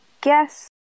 guess